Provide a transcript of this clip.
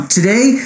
today